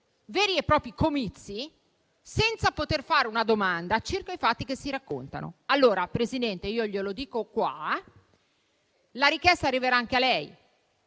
veri e propri comizi senza poter fare una domanda circa i fatti che si raccontano. Allora, Presidente, glielo dico qua: la richiesta arriverà anche a lei